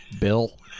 Bill